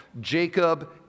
Jacob